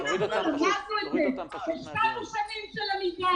אנחנו פותחים את הדיון עם הצגה שלך של הנושא.